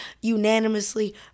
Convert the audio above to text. unanimously